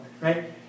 right